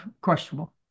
questionable